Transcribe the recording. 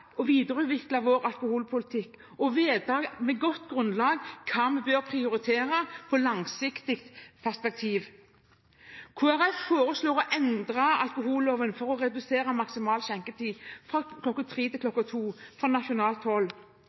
å videreutvikle vår alkoholpolitikk og ha godt grunnlag for å vite hva vi bør prioritere i et langsiktig perspektiv. Kristelig Folkeparti foreslår – sammen med Sosialistisk Venstreparti – å «endre alkoholloven for slik å redusere maksimal skjenketid fra kl. 03.00 til kl. 02.00» fra nasjonalt